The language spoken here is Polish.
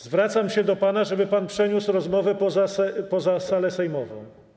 Zwracam się do pana, żeby pan przeniósł rozmowę poza salę sejmową.